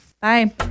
Bye